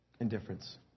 indifference